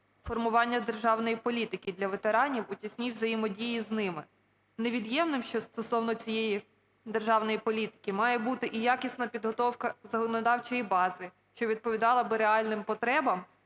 формування державної політики для ветеранів у тісній взаємодії з ними. Невід'ємним, що стосовно цієї державної політики, має бути і якісна підготовка законодавчої бази, що відповідала б реальним потребам